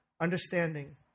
understanding